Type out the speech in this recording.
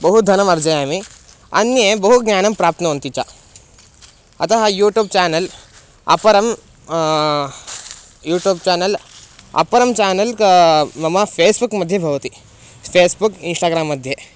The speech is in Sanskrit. बहुधनमर्जयामि अन्ये बहु ज्ञानं प्राप्नुवन्ति च अतः यूटूब् चेनल् अपरं यूटूब् चानल् अपरं चानल् का मम फ़ेस्बुक् मध्ये भवति फ़ेस्बुक् इन्स्टाग्रां मध्ये